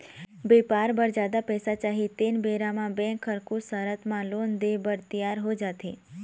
बेपार बर जादा पइसा चाही तेन बेरा म बेंक ह कुछ सरत म लोन देय बर तियार हो जाथे